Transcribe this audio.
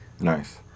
Nice